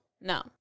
no